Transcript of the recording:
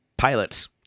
Pilots